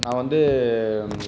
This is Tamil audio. நான் வந்து